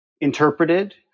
interpreted